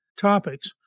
topics